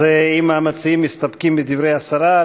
אז אם המציעים מסתפקים בדברי השרה,